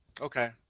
okay